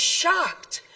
shocked